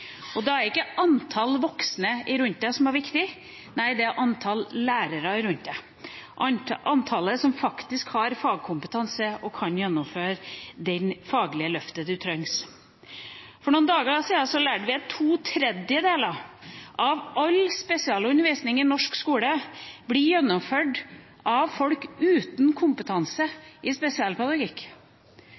liv. Da er det ikke antall voksne rundt en som er viktig, nei, det er antall lærere rundt en – antallet som faktisk har fagkompetanse og kan gjennomføre det faglige løftet som trengs. For noen dager siden lærte vi at to tredjedeler av all spesialundervisning i norsk skole blir gjennomført av folk uten kompetanse i